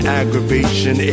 aggravation